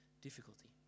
difficulty